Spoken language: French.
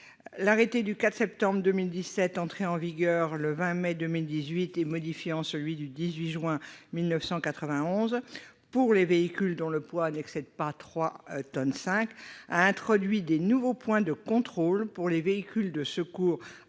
L'arrêté du 4 septembre 2017, entré en vigueur le 20 mai 2018 et modifiant celui du 18 juin 1991 pour les véhicules dont le poids n'excède pas 3,5 tonnes, a introduit de nouveaux points de contrôle pour les véhicules de secours